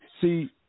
See